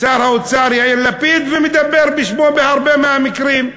שר האוצר יאיר לפיד ומדבר בשמו בהרבה מהמקרים.